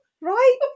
right